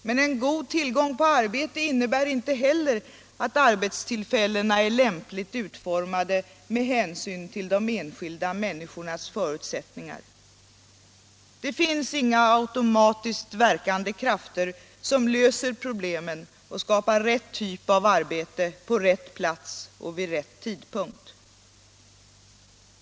Men en god tillgång på arbete innebär inte heller att arbetstillfällena är lämpligt utformade med hänsyn till den enskilda människans förutsättningar. Det finns inga automatiskt verkande krafter som löser problemen och skapar rätt typ av arbete på rätt plats och vid rätt tidpunkt.